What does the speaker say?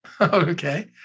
Okay